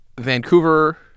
Vancouver